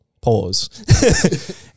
Pause